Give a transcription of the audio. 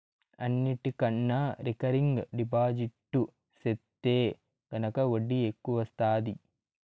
అన్నిటికన్నా recurring deposit సెత్తే గనక ఒడ్డీ ఎక్కవొస్తాది